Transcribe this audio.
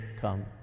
come